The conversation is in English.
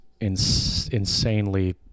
insanely